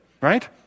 Right